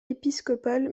épiscopale